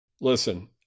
listen